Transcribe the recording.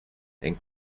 and